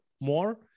more